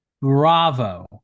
bravo